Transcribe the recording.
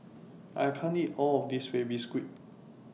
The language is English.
I can't eat All of This Baby Squid